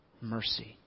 mercy